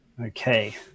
Okay